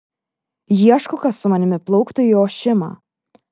ieškau kas su manimi plauktų į ošimą